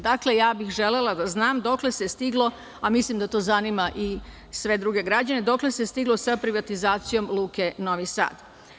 Dakle, ja bih želela da znam dokle se stiglo, a mislim da to zanima i sve druge građane, dokle se stiglo sa privatizacijom Luke Novi Sad?